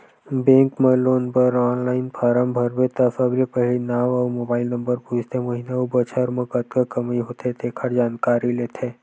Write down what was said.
bank म loan बर online form भरबे त सबले पहिली नांव अउ मोबाईल नंबर पूछथे, महिना अउ बछर म कतका कमई होथे तेखर जानकारी लेथे